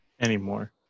Anymore